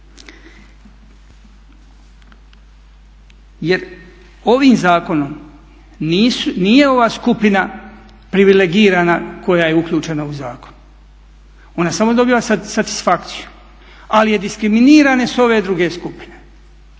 Jer ovim zakonom nije ova skupina privilegirana koja je uključena u zakon. Ona samo dobiva satisfakciju, ali diskriminirane su ove druge skupine